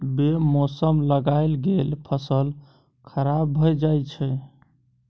बे मौसम लगाएल गेल फसल खराब भए जाई छै